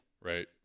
Right